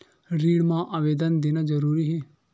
ऋण मा आवेदन देना जरूरी हे?